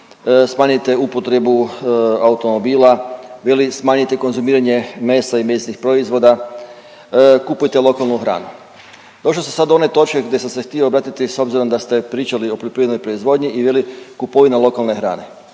smanjite upotrebu automobila, veli smanjite konzumiranje mesa i mesnih proizvoda, kupujte lokalnu hranu. Došao sam do one točke gdje sam se htio obratiti s obzirom da ste pričali o poljoprivrednoj proizvodnji ili kupovina lokalne hrane.